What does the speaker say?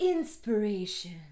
inspiration